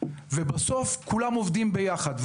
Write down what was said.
ובסוף כולם עובדים ביחד.